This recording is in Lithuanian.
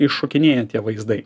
iššokinėja tie vaizdai